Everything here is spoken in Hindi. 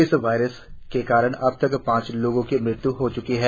इस वायरस के कारण अब तक पांच लोगो की मृत्य् हो च्की है